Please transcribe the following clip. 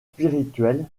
spirituelle